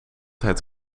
het